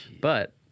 But-